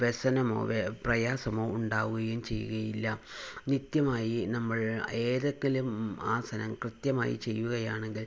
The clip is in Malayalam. വ്യസനമോ വെ പ്രയാസമോ ഉണ്ടാവുകയും ചെയ്യുകയില്ല നിത്യമായി നമ്മൾ ആസനം ഏതെങ്കിലും കൃത്യമായി ചെയ്യുകയാണെങ്കിൽ